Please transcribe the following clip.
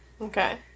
Okay